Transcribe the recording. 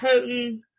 potent